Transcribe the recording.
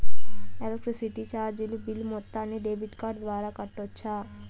Electricity చార్జీలు bill మొత్తాన్ని debit card ద్వారా కట్టొచ్చా?